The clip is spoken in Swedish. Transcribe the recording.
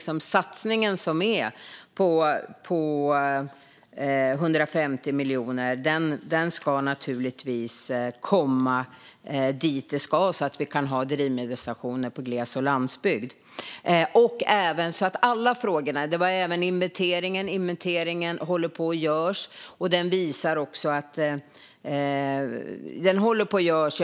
Satsningen på 150 miljoner ska naturligtvis komma dit den ska så att vi kan ha drivmedelsstationer i glesbygd och på landsbygden. Inventeringen håller på att göras.